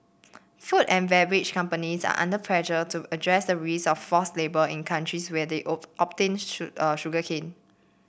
food and beverage companies are under pressure to address the risk of forced labour in countries where they obtain sugarcane